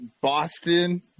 Boston